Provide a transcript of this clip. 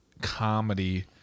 comedy